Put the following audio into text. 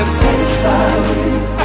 satisfied